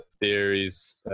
theories